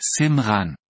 Simran